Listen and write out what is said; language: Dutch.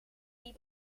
die